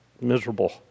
miserable